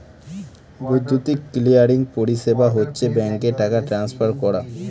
বৈদ্যুতিক ক্লিয়ারিং পরিষেবা হচ্ছে ব্যাঙ্কে টাকা ট্রান্সফার করা